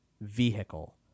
vehicle